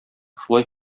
шулай